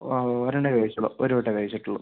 ആ ഒരെണ്ണമേ കഴിച്ചുള്ളൂ ഒരു വട്ടേ കഴിച്ചിട്ടുള്ളൂ